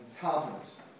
confidence